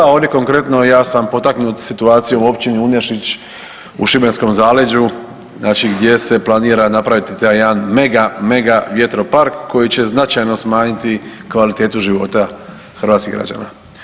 A ovdje konkretno ja sam potaknut situacijom u Općini Unešić u Šibenskom zaleđu gdje se planira napraviti taj jedan mega, mega vjetropark koji će značajno smanjiti kvalitetu života hrvatskih građana.